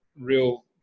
real